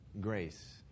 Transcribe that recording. grace